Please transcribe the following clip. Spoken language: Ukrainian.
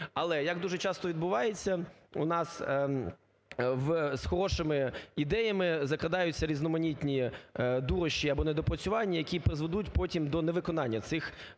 Але, як дуже часто відбувається, у нас з хорошими ідеями закрадаються різноманітні дурощі або недопрацювання, які призведуть потім до невиконання цих хороших